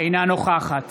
אינה נוכחת